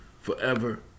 forever